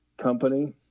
company